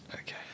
Okay